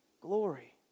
glory